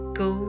go